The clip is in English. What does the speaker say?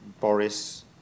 Boris